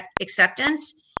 acceptance